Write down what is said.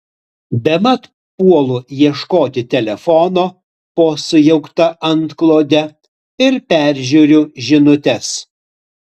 bemat puolu ieškoti telefono po sujaukta antklode ir peržiūriu žinutes